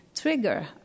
trigger